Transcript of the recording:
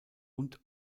und